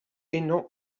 henan